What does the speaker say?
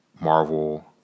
Marvel